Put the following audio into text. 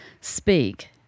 speak